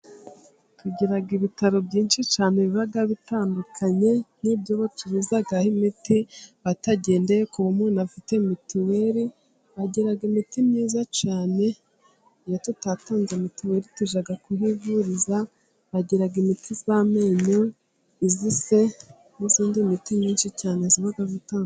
Tugira ibitaro byinshi cyane, biba bitandukanye n'ibyo bacuruzaho imiti batagendeye kuba umuntu afite mituweri, bagira imiti myiza cyane iyo tutanze mitiwere tujya kuhivuriza, bagira imiti y'amenyo, iy'ise n'iyindi miti myinshi cyane iba itandukanye.